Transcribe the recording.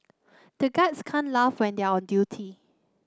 the guards can't laugh when they are on duty